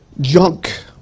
Junk